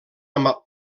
amb